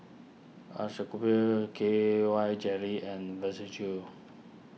K Y Jelly and